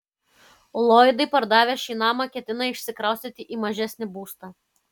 lloydai pardavę šį namą ketina išsikraustyti į mažesnį būstą